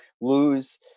lose